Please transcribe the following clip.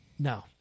No